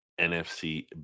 nfc